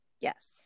Yes